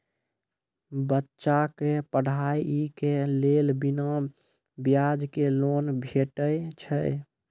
बच्चाक पढ़ाईक लेल बिना ब्याजक लोन भेटै छै?